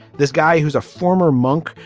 this guy, who's a former monk,